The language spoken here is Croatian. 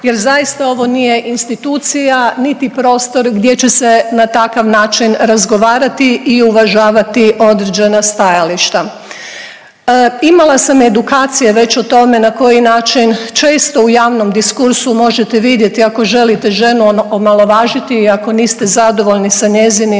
jer zaista ovo nije institucija niti prostor gdje će se na takav način razgovarati i uvažavati određena stajališta. Imala sam edukacije već o tome na koji način često u javnom diskursu možete vidjeti ako želite ženu omalovažiti i ako niste zadovoljni sa njezinim